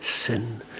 sin